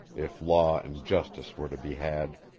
if law and justice were to be had.